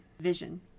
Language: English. vision